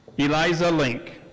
eliza link.